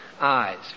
eyes